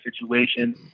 situation